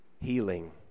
healing